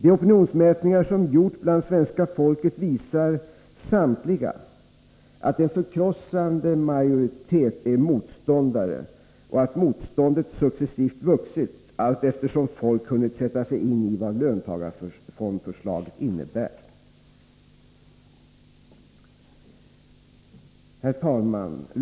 De opinionsmätningar som gjorts bland svenska folket visar samtliga att en förkrossande majoritet är motståndare och att motståndet successivt vuxit allteftersom folk hunnit sätta sig in i vad löntagarfondsförslaget innebär. Herr talman!